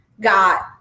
got